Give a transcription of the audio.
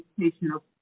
educational